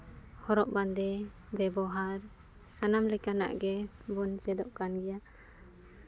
ᱦᱚᱨᱚᱜ ᱵᱟᱸᱫᱮ ᱵᱮᱵᱚᱦᱟᱨ ᱥᱟᱱᱟᱢ ᱞᱮᱠᱟᱱᱟᱜ ᱜᱮᱵᱚᱱ ᱪᱮᱫᱚᱜ ᱠᱟᱱ ᱜᱮᱭᱟ